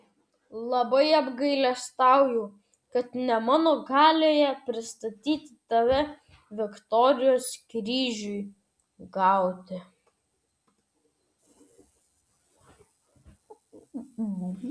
labai apgailestauju kad ne mano galioje pristatyti tave viktorijos kryžiui gauti